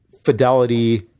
fidelity